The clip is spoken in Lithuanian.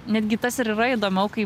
netgi tas ir yra įdomu kai